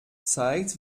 zeigt